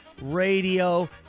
radio